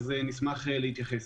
אשמח להתייחס.